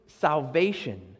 salvation